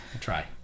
try